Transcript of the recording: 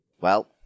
Well